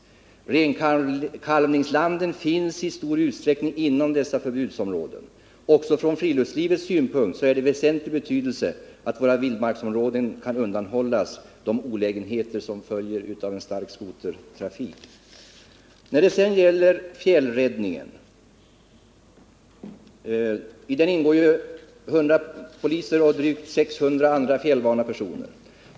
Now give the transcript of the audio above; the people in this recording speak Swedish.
Renkalvningslanden finns i stor utsträckning inom dessa förbudsområden. Också från friluftslivets synpunkt är det av väsentlig betydelse att våra vildmarksområden kan undanhållas de olägenheter som följer av en stark skotertrafik. I fjällräddningen ingår 100 poliser och drygt 600 andra fjällvana personer.